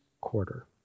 quarter